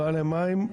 לא היה להם מים,